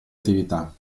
attività